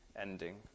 ending